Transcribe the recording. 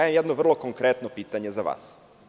Imam jedno vrlo konkretno pitanje za vas.